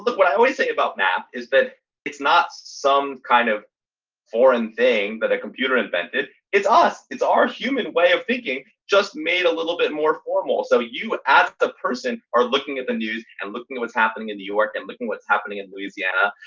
but what i always say about math is that it's not some kind of foreign thing that a computer invented. it's us. it's our human way of thinking. just made a little bit more formal. so you asked the person are looking at the news and looking at what's happening in new york and looking what's happening in louisiana.